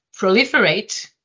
proliferate